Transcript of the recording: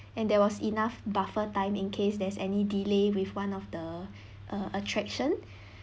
and there was enough buffer time in case there's any delay with one of the uh attraction